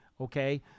Okay